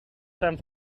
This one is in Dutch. san